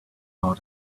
how